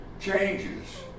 changes